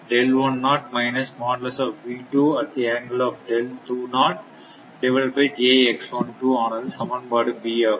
எனவே ஆனது சமன்பாடு B ஆகும்